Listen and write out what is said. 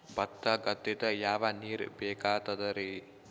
ಭತ್ತ ಗದ್ದಿಗ ಯಾವ ನೀರ್ ಬೇಕಾಗತದರೀ?